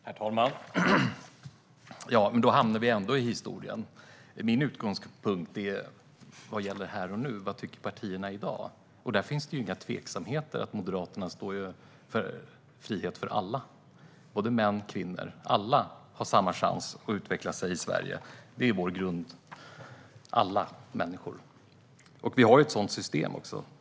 Herr talman! Då hamnar vi ändå i historien. Min utgångspunkt är vad som gäller här och nu: Vad tycker partierna i dag? Där finns inga tveksamheter: Moderaterna står för frihet för alla, både män och kvinnor. Alla människor har samma chans att utvecklas i Sverige; det är vår grund. Vi har också ett sådant system.